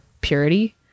purity